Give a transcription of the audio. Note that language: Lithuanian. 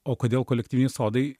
o kodėl kolektyviniai sodai